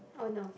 oh no